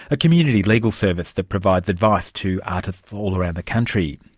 a community legal service that provides advice to artists all around the country.